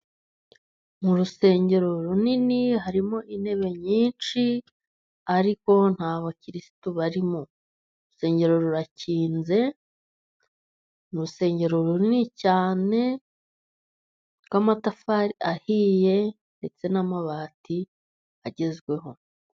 Mu rusengero runini harimo intebe nyinshi, ariko nta bakirisitu barimo. Urusengero rurakinze, urusengero runini cyane rw'amatafari ahiye ndetse n'amabati agezweho.